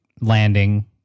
landing